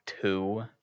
two